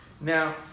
now